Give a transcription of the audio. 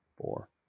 four